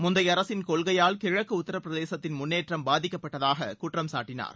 முந்தைய அரசின் கொள்கையால் கிழக்கு உத்தரப்பிரதேசத்தின் முன்னேற்றம் பாதிக்கப்பட்டதாக குற்றம் சாட்டினார்